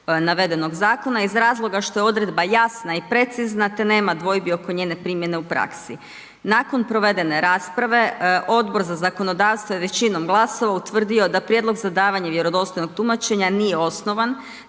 navedenog zakona iz razloga što je odredba jasna i precizna, te nema dvojbi oko njene primjene u praksi. Nakon provedene rasprave, Odbor za zakonodavstvo je većinom glasova utvrdio da prijedlog za davanje vjerodostojnog tumačenja nije osnovan,